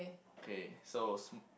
okay so